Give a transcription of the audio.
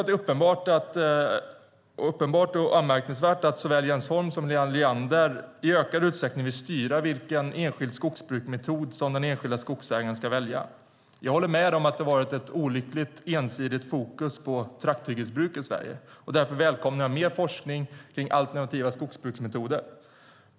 Det är uppenbart och anmärkningsvärt att såväl Jens Holm som Helena Leander i ökad utsträckning vill styra vilken enskild skogsbruksmetod den enskilda skogsägaren ska välja. Jag håller med om att det har varit ett olyckligt ensidigt fokus på trakthyggesbruk i Sverige. Därför välkomnar jag mer forskning kring alternativa skogsbruksmetoder.